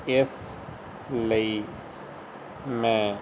ਇਸ ਲਈ ਮੈਂ